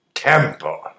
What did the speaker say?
Temple